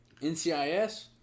NCIS